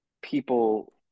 people